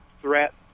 threat